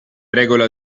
regola